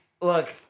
Look